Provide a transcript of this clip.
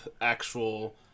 actual